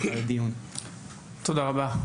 תודה רבה.